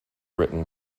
written